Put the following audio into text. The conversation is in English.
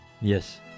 yes